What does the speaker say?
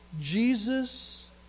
Jesus